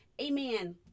Amen